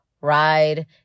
ride